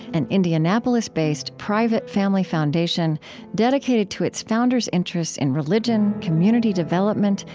an indianapolis-based, private family foundation dedicated to its founders' interests in religion, community development,